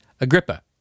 Agrippa